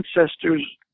ancestors